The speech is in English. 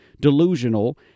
delusional